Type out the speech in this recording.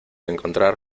encontrar